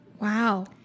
Wow